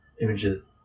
images